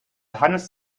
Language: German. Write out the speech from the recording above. hannes